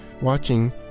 watching